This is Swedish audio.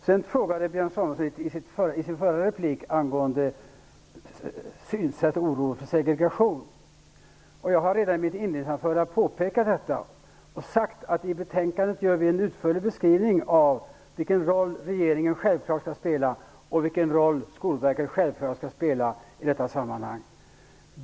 Björn Samuelson ställde en fråga i sin förra replik om synsätt och oron för segregation. Jag påpekade redan i mitt inledningsanförande att det finns en utförlig beskrivning i betänkandet av vilken roll regeringen och Skolverket självklart skall spela i detta sammanhang.